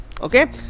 okay